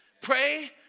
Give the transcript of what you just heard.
Pray